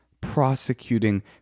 prosecuting